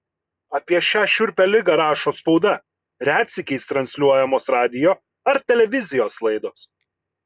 apie šią šiurpią ligą rašo spauda retsykiais transliuojamos radijo ar televizijos laidos